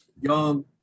young